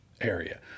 area